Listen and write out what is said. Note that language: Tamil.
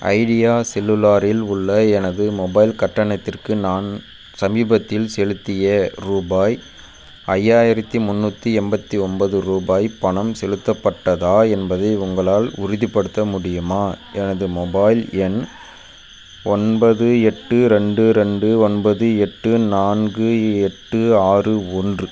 ஐடியா செல்லுலாரில் உள்ள எனது மொபைல் கட்டணத்திற்கு நான் சமீபத்தில் செலுத்திய ரூபாய் ஐயாயிரத்தி முந்நூற்றி எண்பத்தி ஒன்பது ரூபாய் பணம் செலுத்தப்பட்டதா என்பதை உங்களால் உறுதிப்படுத்த முடியுமா எனது மொபைல் எண் ஒன்பது எட்டு ரெண்டு ரெண்டு ஒன்பது எட்டு நான்கு எட்டு ஆறு ஒன்று